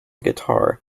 guitar